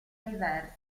diversa